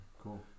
Cool